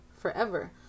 forever